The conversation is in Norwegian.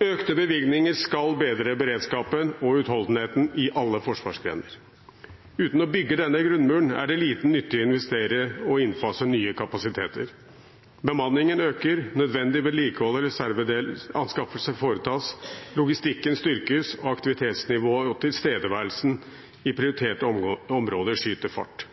Økte bevilgninger skal bedre beredskapen og utholdenheten i alle forsvarsgrener. Uten å bygge denne «grunnmuren» er det liten nytte i å investere i og innfase nye kapasiteter. Bemanningen øker, nødvendig vedlikehold og reservedelsanskaffelser foretas, logistikken styrkes, og aktivitetsnivået og tilstedeværelsen i prioriterte områder skyter fart.